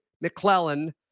McClellan